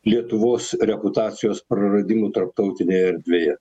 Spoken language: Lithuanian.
lietuvos reputacijos praradimų tarptautinėje erdvėje